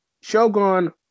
Shogun